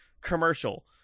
commercial